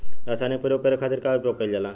रसायनिक प्रयोग करे खातिर का उपयोग कईल जाइ?